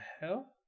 hell